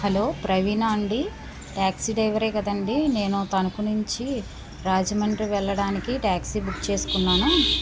hello Praveen ఆ అండి taxi డ్రైవరే కదండి నేను తణుకు నుంచి రాజమండ్రి వెళ్ళడానికి టాక్సీ బుక్ చేసుకున్నాను